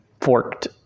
forked